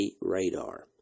radar